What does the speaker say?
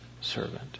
servant